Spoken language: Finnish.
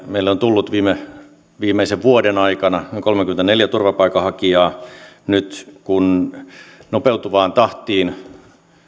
meille on tullut viimeisen vuoden aikana noin kolmekymmentäneljätuhatta turvapaikanhakijaa nyt nopeutuvaan tahtiin